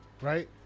Right